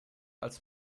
als